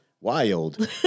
Wild